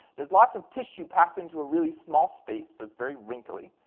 there's lots of tissue packed into a really small space, so it's very wrinkly.